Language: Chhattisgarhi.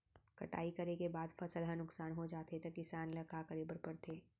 कटाई करे के बाद फसल ह नुकसान हो जाथे त किसान ल का करे बर पढ़थे?